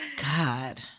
God